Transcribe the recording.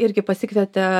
irgi pasikvietė